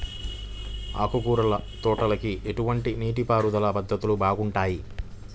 ఆకుకూరల తోటలకి ఎటువంటి నీటిపారుదల పద్ధతులు బాగుంటాయ్?